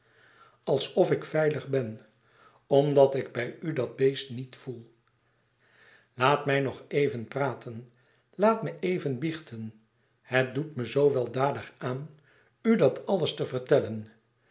alsof ik veilig ben omdat ik bij u dat beest niet voel laat mij nog even praten laat me even biechten het doet me zoo weldadig aan u dat alles te vertellen